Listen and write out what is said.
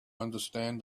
understand